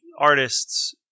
artists